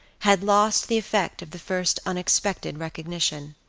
had lost the effect of the first unexpected recognition.